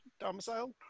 domicile